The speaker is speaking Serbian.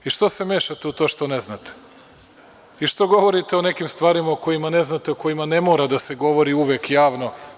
I, šta se mešate u to što ne znate i što govorite o nekim stvarima o kojima ne znate, o kojima ne mora da se govori uvek javno.